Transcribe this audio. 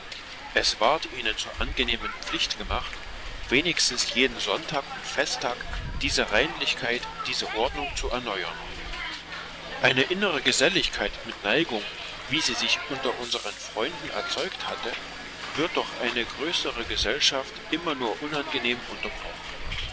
es ward ihnen zur angenehmen pflicht gemacht wenigstens jeden sonntag und festtag diese reinlichkeit diese ordnung zu erneuern eine innere geselligkeit mit neigung wie sie sich unter unseren freunden erzeugt hatte wird durch eine größere gesellschaft immer nur unangenehm unterbrochen